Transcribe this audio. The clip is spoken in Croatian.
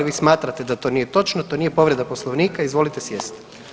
Vi smatrate da to nije točno, to nije povreda Poslovnika i izvolite sjesti.